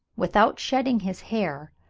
without shedding his hair,